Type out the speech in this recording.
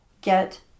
get